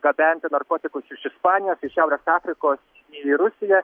gabenti narkotikus iš ispanijos iš šiaurės afrikos į rusiją